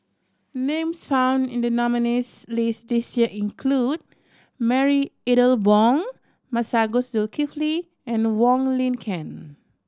names found in the nominees' list this year include Marie Ethel Bong Masagos Zulkifli and Wong Lin Ken